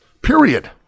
Period